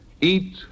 eat